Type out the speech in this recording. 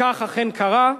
כך אכן קרה.